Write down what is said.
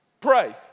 pray